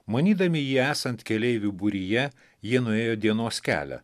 manydami jį esant keleivių būryje jie nuėjo dienos kelią